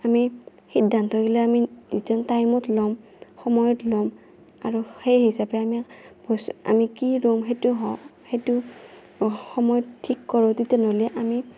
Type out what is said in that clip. আমি সিদ্ধান্ত গিলা আমি যিতেন টাইমত ল'ম সময়ত ল'ম আৰু সেই হিচাপে আমি আমি কি ৰুম সেইটো সেইটো সময়ত ঠিক কৰো তিতেন হ'লে আমি